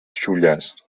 xulles